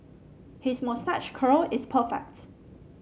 his moustache curl is perfect